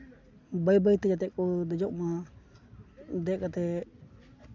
ᱵᱟᱹᱭ ᱵᱟᱹᱭᱛᱮ ᱡᱟᱛᱮ ᱠᱚ ᱫᱮᱡᱚᱜ ᱢᱟ ᱫᱮᱡ ᱠᱟᱛᱮᱫ